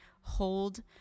hold